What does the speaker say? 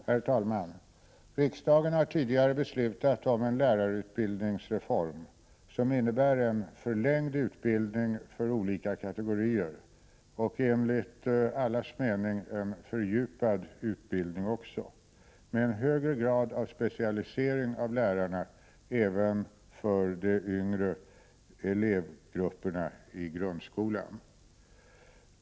Herr talman! Riksdagen har tidigare beslutat om en lärarutbildningsreform som innebär en förlängd utbildning för olika kategorier, och enligt allas mening innebär det också en fördjupad utbildning med en högre grad av specialisering av lärarna, även av de lärare som undervisar de yngre elevgrupperna i grundskolan.